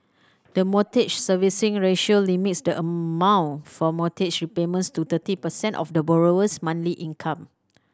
the Mortgage Servicing Ratio limits the amount for mortgage repayments to thirty percent of the borrower's monthly income